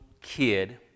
kid